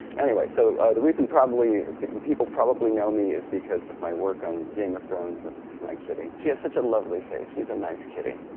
anyway so the reason people probably know me is because of my work on game of thrones. that's my kitty. she has such a lovely face. she's a nice kitty.